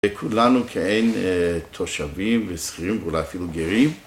וכולנו כעין תושבים וסחירים ואולי אפילו גרים